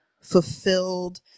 fulfilled